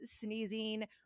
sneezing